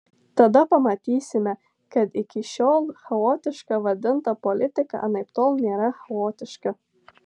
tada pamatysime kad iki šiol chaotiška vadinta politika anaiptol nėra chaotiška